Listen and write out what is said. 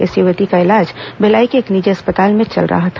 इस युवती का इलाज भिलाई के एक निजी अस्पताल में चल रहा था